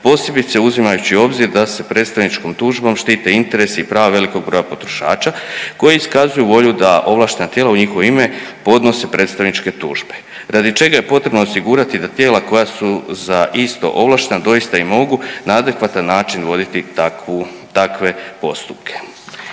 posebice uzimajući u obzir da se predstavničkom tužbom štite interesi i prava velikog broja potrošača koji iskazuju volju da ovlaštena tijela u njihovo ime podnose predstavničke tužbe radi čega je potrebno osigurati da tijela koja su za isto ovlaštena doista i mogu na adekvatan način voditi takvu, takve postupke.